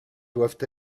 doivent